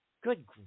Good